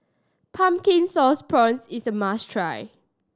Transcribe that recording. Pumpkin Sauce Prawns is a must try